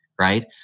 right